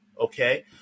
Okay